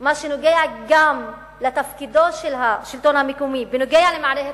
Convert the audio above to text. מה שנוגע לתפקידו של השלטון המקומי בנוגע למערכת